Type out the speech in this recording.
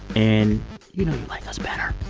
and you know like us better.